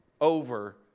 over